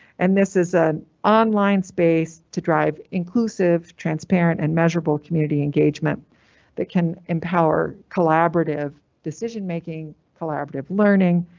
and this is an online space. to drive inclusive transparent and measurable community engagement that can empower collaborative decision-making, collaborative learning,